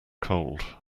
cold